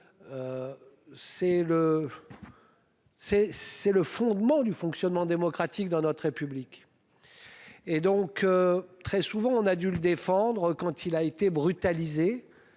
c'est le fondement du fonctionnement démocratique dans notre République. Et donc. Très souvent, on a dû le défendre quand il a été brutalisé